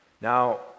Now